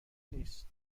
نیست